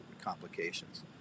complications